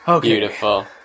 Beautiful